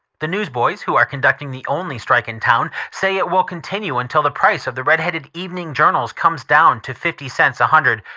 the newsboys, who are conducting the only strike in town, say it will continue until the price of the red-headed evening journals comes down to fifty cents a hundred,